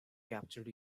captured